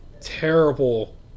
terrible